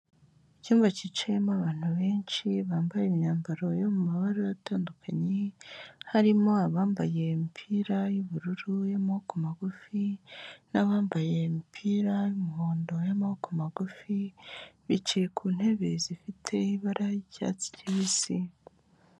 Icyumba cyicayemo abantu benshi bambaye imyambaro yo mu mabara atandukanye, harimo abambaye imipira y'uburu y'amaboko magufi n'abambaye imipira y'umuhondo y'amaboko magufi bicaye ku ntebe zifite ibara ry'icyatsi kibisi.